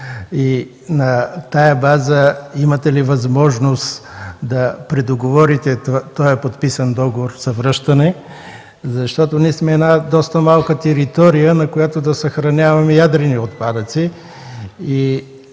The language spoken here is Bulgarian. и на тази база: имате ли възможност да предоговорите този подписан договор за връщане? Ние сме една доста малка територия, на която да съхраняваме ядрени отпадъци.